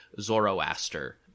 Zoroaster